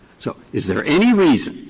so is there any reason